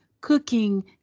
cooking